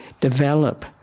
develop